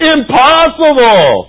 Impossible